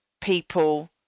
people